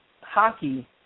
hockey